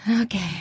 Okay